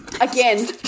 Again